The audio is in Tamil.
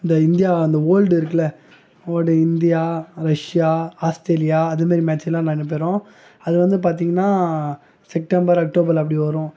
இந்த இந்தியா அந்த வோர்ல்டு இருக்குல்ல வோர்ல்டு இந்தியா ரஷ்யா ஆஸ்த்ரேலியா அது மாரி மேட்ச்சுலாம் நடைபெறும் அது வந்து பார்த்தீங்கன்னா செப்டம்பர் அக்டோபரில் அப்படி வரும்